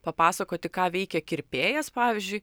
papasakoti ką veikia kirpėjas pavyzdžiui